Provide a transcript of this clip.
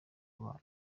rwa